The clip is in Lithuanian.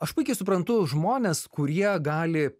aš puikiai suprantu žmones kurie gali